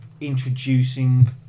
introducing